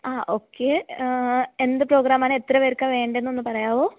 ആ ഓക്കെ എന്ത് പ്രോഗ്രാമാണ് എത്ര പേർക്കാണ് വേണ്ടതെന്നൊന്ന് പറയാമോ